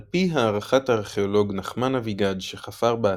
על פי הערכת הארכאולוג נחמן אביגד שחפר באתר,